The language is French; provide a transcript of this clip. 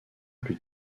plus